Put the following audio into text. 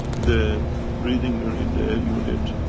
the breathing unit, the air unit,